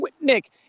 Nick